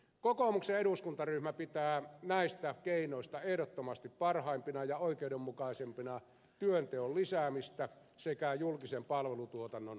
kokoomuksen eduskuntaryhmä pitää näistä keinoista ehdottomasti parhaimpina ja oikeudenmukaisimpina työnteon lisäämistä sekä julkisen palvelutuotannon kehittämistä